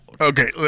okay